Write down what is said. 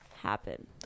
happen